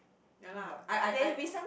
yea lah I I I